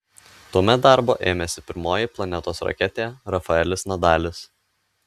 tuomet darbo ėmėsi pirmoji planetos raketė rafaelis nadalis